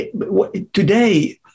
today